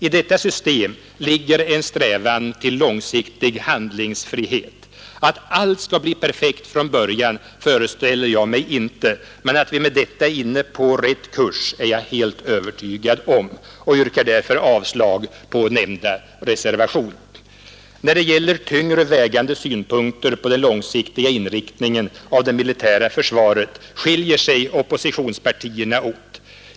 I detta system ligger en strävan till långsiktig handlingsfrihet. Att allt skall bli perfekt från början föreställer jag mig inte men att vi med detta är inne på rätt kurs är jag helt övertygad om och yrkar därför avslag på nämnda reservation. När det gäller tyngre vägande synpunkter på den långsiktiga inriktningen av det militära försvaret skiljer sig oppositionspartierna åt.